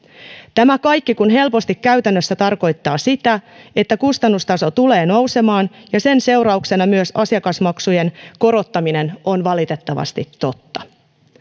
tämä kaikki kun helposti käytännössä tarkoittaa sitä että kustannustaso tulee nousemaan ja sen seurauksena myös asiakasmaksujen korottaminen on valitettavasti totta